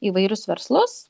įvairius verslus